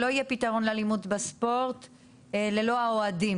שלא יהיה פתרון לאלימות בספורט ללא האוהדים.